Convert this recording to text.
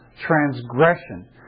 transgression